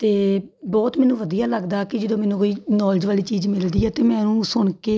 ਅਤੇ ਬਹੁਤ ਮੈਨੂੰ ਵਧੀਆ ਲੱਗਦਾ ਕਿ ਜਦੋਂ ਮੈਨੂੰ ਕੋਈ ਨੌਲੇਜ ਵਾਲੀ ਚੀਜ਼ ਮਿਲਦੀ ਆ ਤਾਂ ਮੈਂ ਉਹਨੂੰ ਸੁਣ ਕੇ